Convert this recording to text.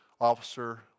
officer